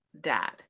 dad